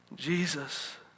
Jesus